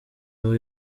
aho